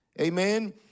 Amen